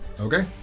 okay